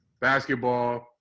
basketball